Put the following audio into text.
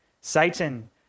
Satan